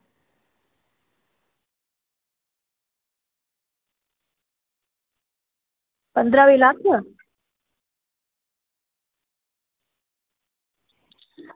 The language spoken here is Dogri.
पंदरां लक्ख